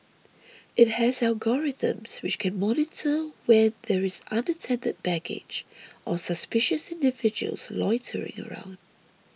it has algorithms which can monitor when there is unattended baggage or suspicious individuals loitering around